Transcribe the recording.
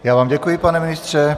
Já vám děkuji, pane ministře.